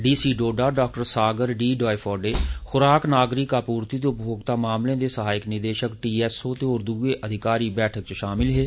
D C Doda doctor Sagar D डायफोडे खुराक नागरिक आपूर्ति ते उपभोक्ता मामलें दे सहायक निदेशक टी एस ओ ते होर दुए अफसर बैठक च शामल होए